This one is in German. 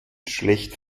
schlecht